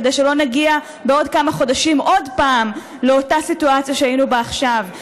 כדי שלא נגיע בעוד כמה חודשים עוד פעם לאותה סיטואציה שהיינו בה עכשיו,